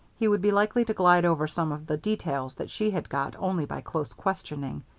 he would be likely to glide over some of the details that she had got only by close questioning.